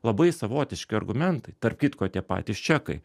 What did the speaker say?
labai savotiški argumentai tarp kitko tie patys čekai